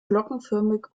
glockenförmig